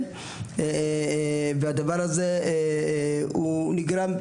הדבר הזה נגרם,